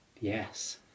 Yes